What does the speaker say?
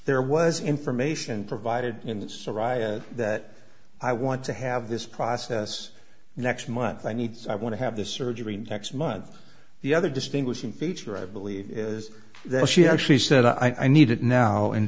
there was information provided in the serai that i want to have this process next month i need so i want to have this surgery next month the other distinguishing feature i believe is that she actually said i need it now in